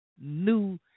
new